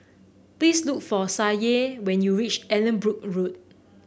please look for Sadye when you reach Allanbrooke Road